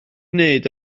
wneud